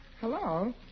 Hello